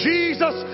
Jesus